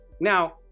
Now